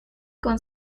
con